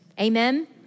Amen